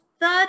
third